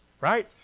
Right